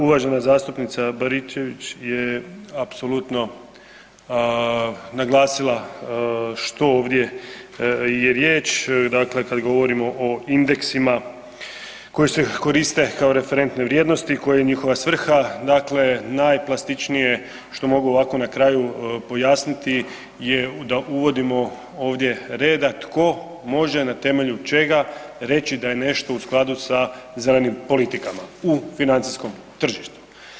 Uvažena zastupnica Baričević je apsolutno naglasila što ovdje je riječ, dakle kad govorimo o indeksima koji se koriste kao referentne vrijednosti, koja je njihova svrha, dakle najplastičnije što mogu ovako na kraju pojasniti je da uvodimo ovdje reda, tko može, na temelju čega reći da je nešto u skladu sa zelenim politikama u financijskom tržištu.